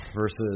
versus